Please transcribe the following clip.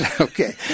Okay